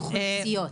אוכלוסיות.